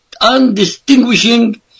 undistinguishing